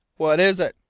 what is it?